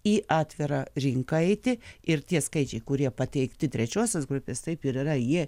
į atvirą rinką eiti ir tie skaičiai kurie pateikti trečiosios grupės taip ir yra jie